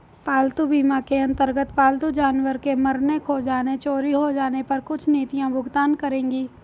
पालतू बीमा के अंतर्गत पालतू जानवर के मरने, खो जाने, चोरी हो जाने पर कुछ नीतियां भुगतान करेंगी